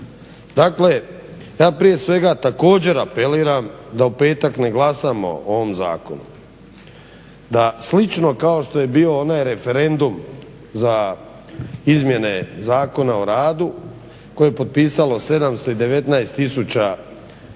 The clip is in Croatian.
Dakle, ja prije svega također apeliram da u petak ne glasamo o ovom zakonu, da slično kao što je bio onaj referendum za izmjene Zakona o radu koje je potpisalo 719 građana